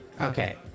Okay